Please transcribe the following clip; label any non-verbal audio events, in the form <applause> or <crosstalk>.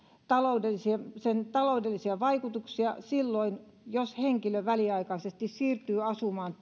sen taloudellisia vaikutuksia silloin jos henkilö väliaikaisesti siirtyy asumaan <unintelligible>